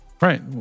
right